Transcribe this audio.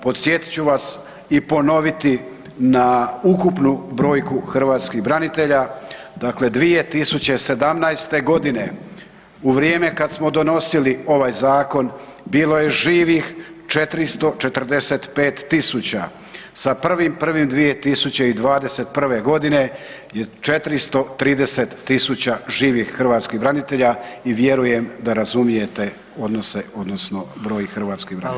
Podsjetit ću vas i ponoviti na ukupnu brojku hrvatskih branitelja dakle 2017. godine u vrijeme kad smo donosili ovaj zakon bilo je živih 445.000 sa 1.1.2021. godine 430.000 živih hrvatskih branitelja i vjerujem da razumijete odnose odnosno broj hrvatskih branitelja.